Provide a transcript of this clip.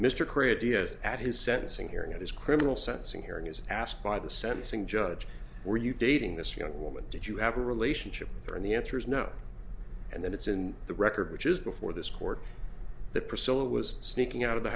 has at his sentencing hearing at his criminal sentencing hearing is asked by the sentencing judge we're are you dating this young woman did you have a relationship and the answer is no and then it's in the record which is before this court the priscilla was sneaking out of the